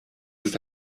ist